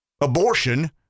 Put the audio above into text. abortion